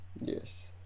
yes